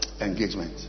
engagement